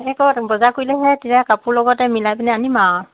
এই ক বজাৰ কৰিলেহে তেতিয়া কাপোৰ লগতে মিলাই পিনে আনিম আৰু